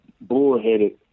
bullheaded